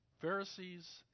Pharisees